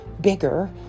bigger